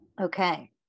Okay